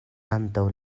antaŭ